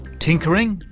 tinkering,